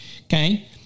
Okay